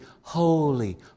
Holy